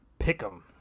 Pickem